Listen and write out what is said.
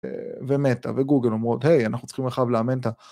ומטה, וגוגל אומרות, היי, אנחנו צריכים עכשיו לאמן את.